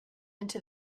into